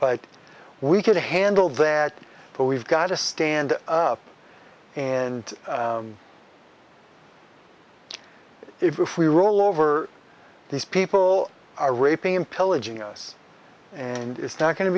but we can handle that but we've got to stand up and if we roll over these people are raping and pillaging us and it's not going to